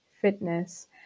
fitness